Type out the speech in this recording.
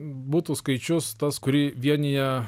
butų skaičius tas kurį vienija